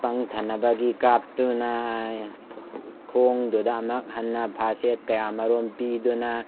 ꯄꯪꯊꯅꯕꯒꯤ ꯀꯥꯞꯇꯨꯅ ꯈꯣꯡꯗꯨꯗ ꯑꯃꯨꯛ ꯍꯟꯅ ꯐꯥꯔꯁꯠ ꯑꯦꯗ ꯀꯌꯥꯃꯔꯨꯝ ꯄꯤꯗꯨꯅ